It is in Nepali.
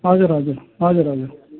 हजुर हजुर हजुर हजुर